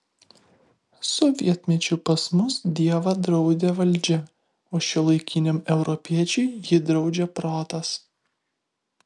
sovietmečiu pas mus dievą draudė valdžia o šiuolaikiniam europiečiui jį draudžia protas